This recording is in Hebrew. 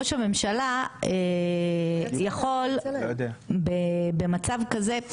ראש הממשלה יכול במצב כזה,